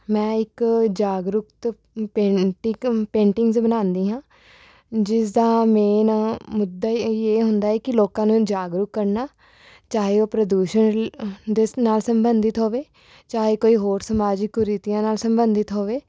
ਮੈਂ ਇੱਕ ਜਾਗਰੂਕਤ ਪੇਂਟਿੰਕ ਪੇਂਟਿੰਗਜ਼ ਬਣਾਉਂਦੀ ਹਾਂ ਜਿਸ ਦਾ ਮੇਨ ਮੁੱਦਾ ਇਹ ਹੁੰਦਾ ਹੈ ਕਿ ਲੋਕਾਂ ਨੂੰ ਜਾਗਰੂਕ ਕਰਨਾ ਚਾਹੇ ਉਹ ਪ੍ਰਦੂਸ਼ਣ ਦੇ ਨਾਲ ਸੰਬੰਧਿਤ ਹੋਵੇ ਚਾਹੇ ਕੋਈ ਹੋਰ ਸਮਾਜਿਕ ਕੁਰੀਤੀਆਂ ਨਾਲ ਸੰਬੰਧਿਤ ਹੋਵੇ